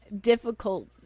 difficult